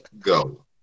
go